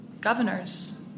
governors